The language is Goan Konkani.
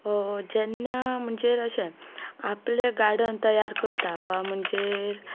जेन्ना म्हणजे अशे आपले गार्डन तयार करता वा म्हणजे